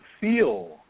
feel